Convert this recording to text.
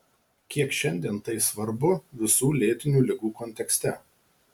kiek šiandien tai svarbu visų lėtinių ligų kontekste